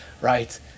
right